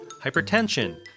hypertension